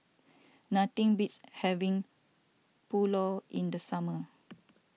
nothing beats having Pulao in the summer